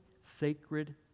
sacred